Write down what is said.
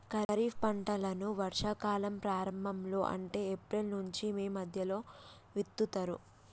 ఖరీఫ్ పంటలను వర్షా కాలం ప్రారంభం లో అంటే ఏప్రిల్ నుంచి మే మధ్యలో విత్తుతరు